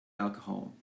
alcohol